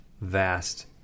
vast